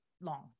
long